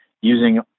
using